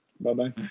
Bye-bye